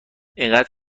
اینقدر